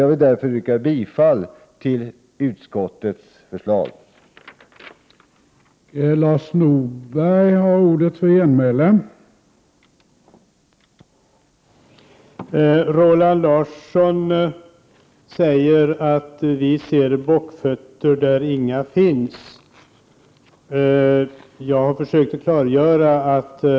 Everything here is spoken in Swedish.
Jag vill därför yrka bifall till utskottets förslag.